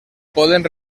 poden